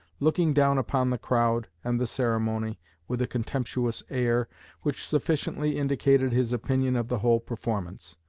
looking down upon the crowd and the ceremony with a contemptuous air which sufficiently indicated his opinion of the whole performance.